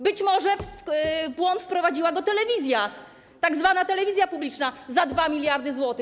Być może w błąd wprowadziła go telewizja, tzw. telewizja publiczna za 2 mld zł.